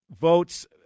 votes